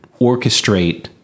orchestrate